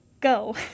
go